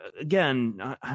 again